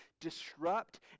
disrupt